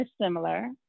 similar